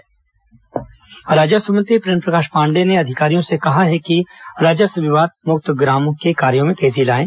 राजस्व मंत्री video conferencing राजस्व मंत्री प्रेमप्रकाश पांडेय ने अधिकारियों से कहा है कि राजस्व विवाद मुक्त ग्राम के कार्यो में तेजी लायें